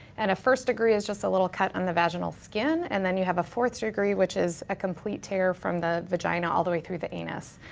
and a first degree is just a little cut on the vaginal skin and then you have a fourth degree which is a complete tear from the vagina all the way through the anus.